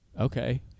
okay